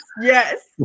Yes